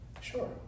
sure